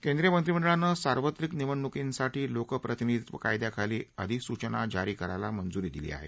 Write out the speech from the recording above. केंद्रीय मंत्रीमंडळानं सार्वत्रिक निवडण्कींसाठी लोकप्रतिनिधीत्व कायदयाखाली अधिसचना जारी करण्यास मंजूरी दिली आहे